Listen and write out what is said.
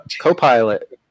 Copilot